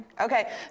Okay